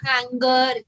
anger